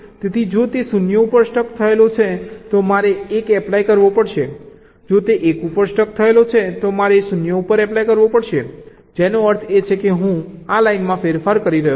તેથી જો તે 0 ઉપર સ્ટક થયેલો છે તો મારે 1 એપ્લાય કરવો પડશે જો તે 1 ઉપર સ્ટક થયેલો છે તો મારે 0 એપ્લાય કરવું પડશે જેનો અર્થ એ છે કે હું આ લાઇનમાં ફેરફાર કરી રહ્યો છું